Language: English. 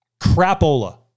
crapola